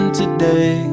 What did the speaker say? today